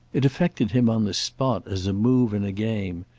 it affected him on the spot as a move in a game,